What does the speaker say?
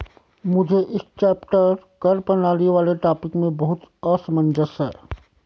मुझे इस चैप्टर कर प्रणाली वाले टॉपिक में बहुत असमंजस है